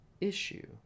issue